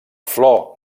flor